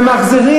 ממחזרים.